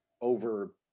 over